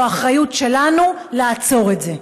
זאת האחריות שלנו לעצור את זה.